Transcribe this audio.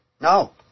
No